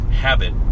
habit